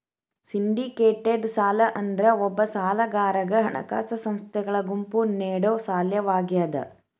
syndicated ಸಾಲ ಅಂದ್ರ ಒಬ್ಬ ಸಾಲಗಾರಗ ಹಣಕಾಸ ಸಂಸ್ಥೆಗಳ ಗುಂಪು ನೇಡೊ ಸಾಲವಾಗ್ಯಾದ